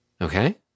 Okay